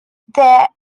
their